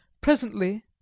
Presently